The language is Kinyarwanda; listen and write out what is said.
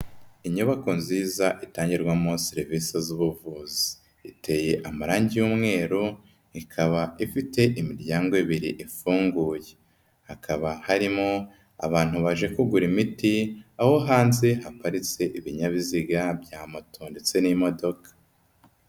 Inyubako nziza itangirwamo serivisi z'ubuvuzi, iteye amarangi y'umweru, ikaba ifite imiryango ibiri ifunguye, hakaba harimo abantu baje kugura imiti, aho hanze haparitse ibinyabiziga bya moto ndetse n'imodoka.